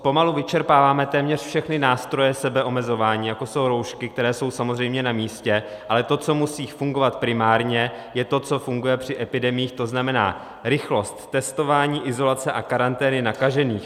Pomalu vyčerpáváme téměř všechny nástroje sebeomezování, jako jsou roušky, které jsou samozřejmě namístě, ale to, co musí fungovat primárně, je to, co funguje při epidemiích, to znamená rychlost testování, izolace a karantény nakažených.